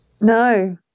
No